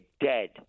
dead